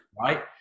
Right